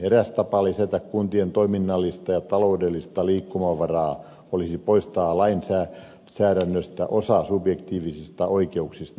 eräs tapa lisätä kuntien toiminnallista ja taloudellista liikkumavaraa olisi poistaa lainsäädännöstä osa subjektiivisista oikeuksista